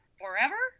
forever